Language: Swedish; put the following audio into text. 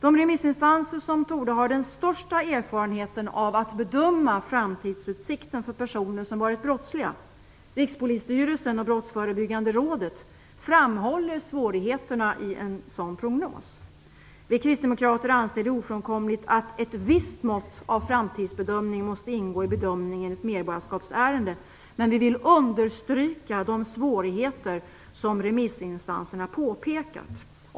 De remissinstanser som torde ha den största erfarenheten av att bedöma framtidsutsikten för personer som varit brottsliga, Rikspolisstyrelsen och Brottsförebyggande rådet, framhåller svårigheterna i att göra en sådan prognos. Vi kristdemokrater anser det ofrånkomligt att ett visst mått av framtidsbedömning måste ingå i bedömningen i ett medborgarskapsärende. Men vi vill understryka de svårigheter som remissinstanserna påpekat.